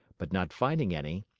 but not finding any,